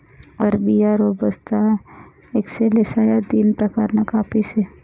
arabica, robusta, excelsa या तीन प्रकारना काफी से